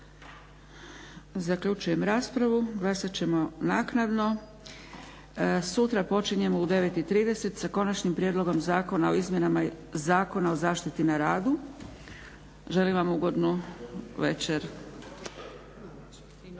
Zaključujem raspravu. Glasat ćemo naknadno. Sutra počinjemo u 9 i 30 sa Konačnim prijedlogom Zakona o izmjenama Zakona o zaštiti na radu. Želim vam ugodnu večer.